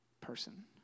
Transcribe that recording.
person